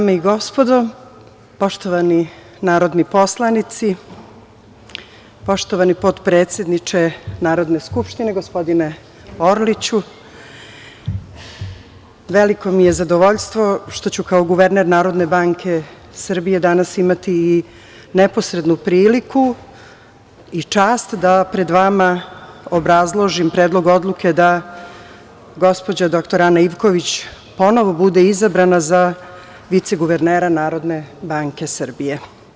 Dame i gospodo, poštovani narodni poslanici, poštovani potpredsedniče Narodne skupštine, gospodine Orliću, veliko mi je zadovoljstvo što ću kao guverner NBS danas imati i neposrednu priliku i čast da pred vama obrazložim Predlog odluke da gospođa, dr Ana Ivković, ponovo bude izabrana za viceguvernera NBS.